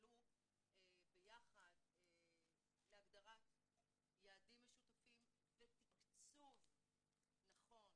ויפעלו ביחד להגדרת יעדים משותפים ותקצוב נכון